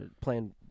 playing